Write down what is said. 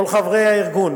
כל חברי הארגון